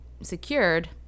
Secured